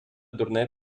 дурне